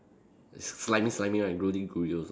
s~ slimy slimy right gluey gluey also